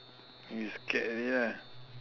you scared already lah